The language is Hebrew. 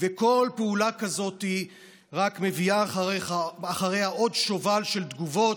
וכל פעולה כזאת רק מביאה אחריה עוד שובל של תגובות,